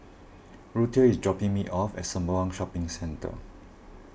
Ruthie is dropping me off at Sembawang Shopping Centre